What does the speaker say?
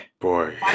boy